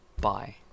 Bye